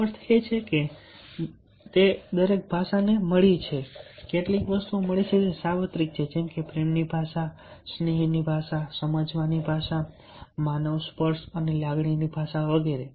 અર્થ એ છે કે દરેક ભાષાને મળી છે કેટલીક વસ્તુઓ મળી જે સાર્વત્રિક છે જેમકે પ્રેમની ભાષા છે સ્નેહની ભાષા છે સમજવાની ભાષા છે માનવ સ્પર્શ અને લાગણીની ભાષા વગેરે છે